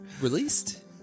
Released